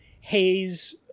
Hayes